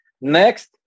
Next